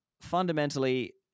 fundamentally